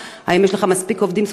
האם יש לך מספיק עובדים סוציאליים?